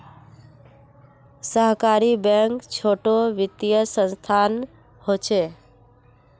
सहकारी बैंक छोटो वित्तिय संसथान होछे